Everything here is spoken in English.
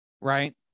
right